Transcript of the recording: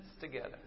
together